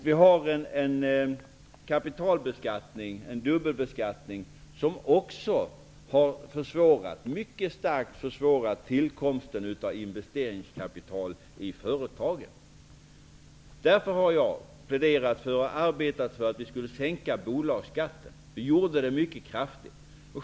Vi har en dubbelbeskattning som också mycket starkt försvårat tillkomsten av investeringskapital i företagen. Därför pläderade och arbetade jag för att vi skulle sänka bolagsskatten. Vi gjorde det mycket kraftigt.